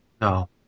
No